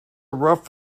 rough